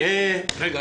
רגע,